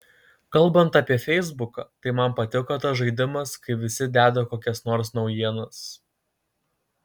kalbant apie feisbuką tai man patiko tas žaidimas kai visi deda kokias nors naujienas